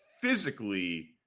physically